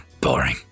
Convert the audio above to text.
boring